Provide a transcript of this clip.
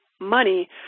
money